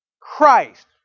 Christ